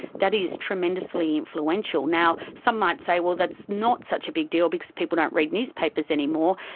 that is tremendously influential. now, some might say, well, that's not such a big deal because people don't read newspapers anymore,